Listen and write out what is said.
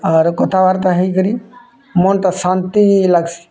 ଆଉ ୟାଡ଼େ କଥାବାର୍ତ୍ତା ହେଇକରି ମନ୍ଟା ଶାନ୍ତି ଲାଗ୍ସି